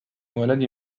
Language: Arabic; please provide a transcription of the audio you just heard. ولد